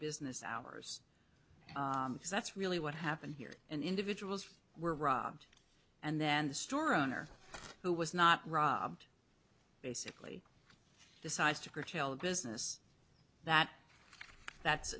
business hours that's really what happened here and individuals were robbed and then the store owner who was not robbed basically decides to curtail business that that's